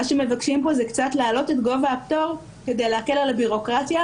מה שמבקשים פה הוא קצת להעלות את גובה הפטור כדי להקל על הביורוקרטיה,